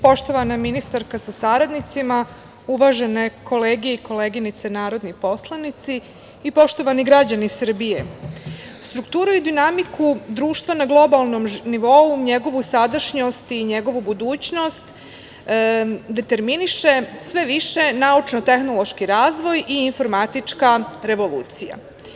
Poštovana ministarka sa saradnicima, uvažene kolege i koleginice narodni poslanici, poštovani građani Srbije, strukturu i dinamiku društva na globalnom nivou, njegovu sadašnjost i njegovu budućnost determiniše sve više naučno-tehnološki razvoj i informatička revolucija.